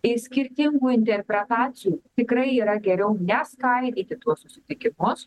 iš skirtingų interpretacijų tikrai yra geriau neskaidyti tuos susitikimus